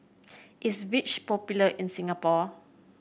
is Vichy popular in Singapore